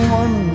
one